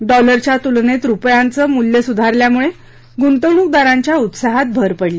डॉलरच्या तुलनेत रूपयांचं मूल्य सुधारल्यामुळे गुंतवणूकदारांच्या उत्साहात भर पडली